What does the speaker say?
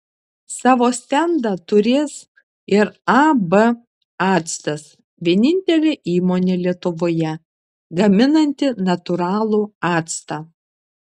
savo stendą turės ir ab actas vienintelė įmonė lietuvoje gaminanti natūralų actą